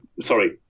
sorry